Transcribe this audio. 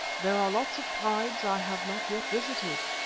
there are lots of tribes i have not yet visited.